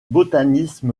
botaniste